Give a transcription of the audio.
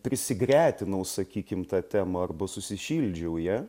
prisigretinau sakykim tą temą arba susišildžiau ja